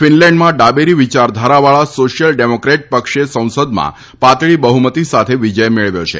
ફીનલેન્ડમાં ડાબેરી વિચારધારાવાળા social democrat પક્ષે સંસદમાં પાતળી બહુમતી સાથે વિજય મેળવ્યો છે